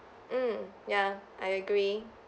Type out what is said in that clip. mm ya I agree